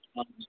हजुर